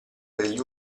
degli